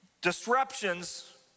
disruptions